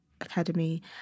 Academy